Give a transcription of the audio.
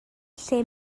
lle